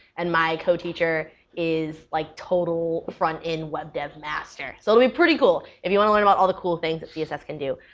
and my co-teacher is like total front end web dev master. so it'll be pretty cool if you want to learn about all the cool things that css can do.